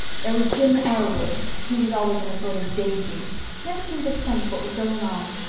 there was jim elwood he was always in a sort of day-dream never seemed to sense what was going on.